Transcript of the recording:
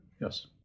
Yes